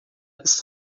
ist